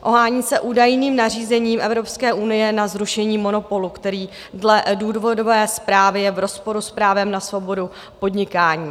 Ohání se údajným nařízením Evropské unie na zrušení monopolu, který dle důvodové zprávy je v rozporu s právem na svobodu podnikání.